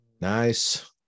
Nice